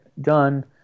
done